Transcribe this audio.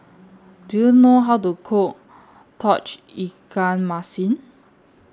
Do YOU know How to Cook Tauge Ikan Masin